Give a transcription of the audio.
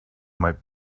might